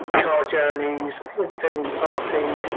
car journeys, attending parties,